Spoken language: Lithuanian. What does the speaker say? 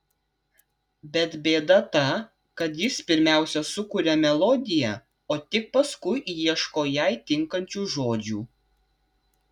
bet bėda ta kad jis pirmiausia sukuria melodiją o tik paskui ieško jai tinkančių žodžių